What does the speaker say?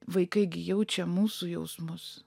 vaikai gi jaučia mūsų jausmus